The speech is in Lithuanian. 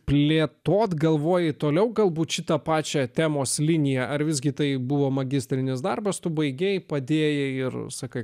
plėtoti galvoji toliau galbūt šitą pačią temos liniją ar visgi tai buvo magistrinis darbas tu baigei padėjai ir sakai